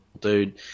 dude